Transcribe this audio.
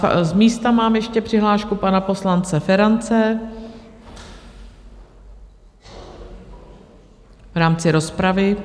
Z místa mám ještě přihlášku pana poslance Ferance v rámci rozpravy.